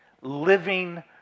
living